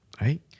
right